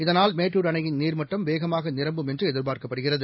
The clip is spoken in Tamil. இதனால் மேட்டூர் அணையின் நீர்மட்டம் வேகமாகநிரம்பும் என்றுஎதிர்பார்க்கப்படுகிறது